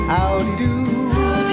Howdy-do